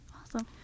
Awesome